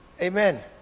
Amen